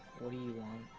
what do you want?